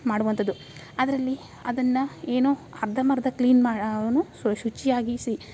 ಮಾಡುವಂಥದ್ದು ಅದರಲ್ಲಿ ಅದನ್ನು ಏನು ಅರ್ಧಂಬಂರ್ಧ ಕ್ಲೀನ್ ಮಾಡೀನು ಶುಚಿಯಾಗಿಸಿ